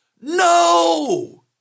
no